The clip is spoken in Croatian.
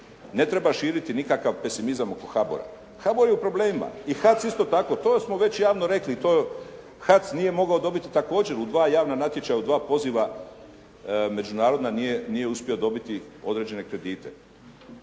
ne treba širiti nikakav pesimizam oko HABOR-a, HABOR je u problemima i HAC isto tako, to smo već javno rekli i to, HAC nije mogao dobiti također u dva javna natječaja, u dva poziva međunarodna nije uspio dobiti određene kredite.